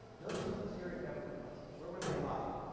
notice what the syrian government was? where were they allied?